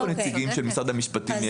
אין פה נציגים של משרד המשפטים,